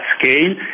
scale